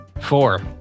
four